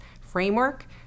framework